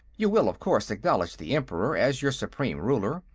you will, of course, acknowledge the emperor as your supreme ruler,